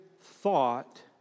thought